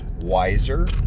wiser